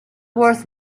worth